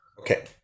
Okay